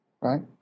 right